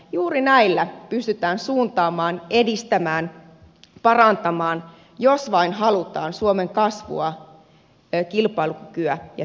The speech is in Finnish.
juuri näillä pystytään suuntaamaan edistämään parantamaan jos vain halutaan suomeen kasvua kilpailukykyä ja työllisyyttä